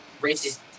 racist